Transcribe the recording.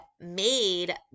made